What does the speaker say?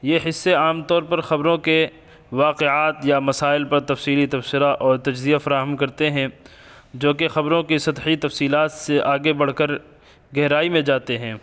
یہ حصے عام طور پر خبروں کے واقعات یا مسائل پر تفصیلی تبصرہ اور تجزیہ فراہم کرتے ہیں جوکہ خبروں کی سطحی تفصیلات سے آگے بڑھ کر گہرائی میں جاتے ہیں